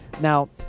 Now